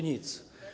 Nic.